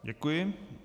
Děkuji.